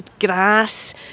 grass